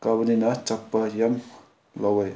ꯀꯥꯕꯅꯤꯅ ꯌꯥꯝ ꯂꯧꯋꯦ